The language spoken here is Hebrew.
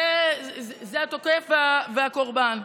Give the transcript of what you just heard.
זה התוקף והקורבן.